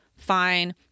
fine